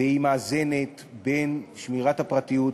והיא מאזנת בין שמירת הפרטיות,